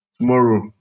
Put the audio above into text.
tomorrow